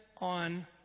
on